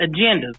agendas